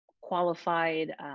qualified